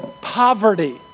poverty